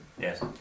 Yes